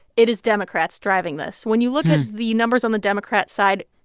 it is democrats driving this. when you look at the numbers on the democrat side,